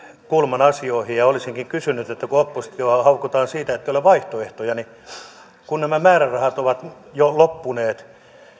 kulman asioihin olisin kysynyt ministeriltä kun oppositiota haukutaan siitä ettei ole vaihtoehtoja ja kun nämä määrärahat ovat jo loppuneet